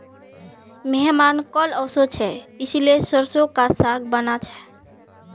मेहमान कल ओशो छे इसीलिए सरसों का साग बाना छे